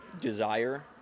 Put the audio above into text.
desire